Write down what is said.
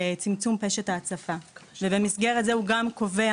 לצמצום פשט ההצפה ובמסגרת זה הוא גם קובע